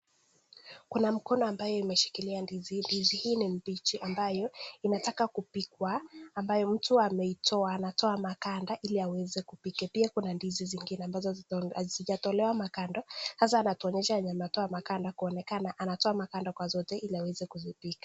Kuna mkono ambayo imeshikilia ndizi hii. Ndizi hii ni mbichi ambayo inataka kupikwa, ambayo mtu ameitoa, ametoa maganda ili aweze kupika. Pia kuna ndizi zingine ambazo hazijatolewa maganda. Sasa anatuonyeshe yenye ametoa maganda kuonekana anatoa maganda kwa zote ili aweze kuzipika.